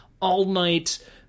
all-night